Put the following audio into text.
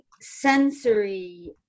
sensory